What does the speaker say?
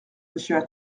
monsieur